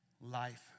life